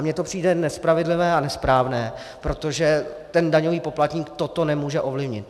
Mně to přijde nespravedlivé a nesprávné, protože daňový poplatník toto nemůže ovlivnit.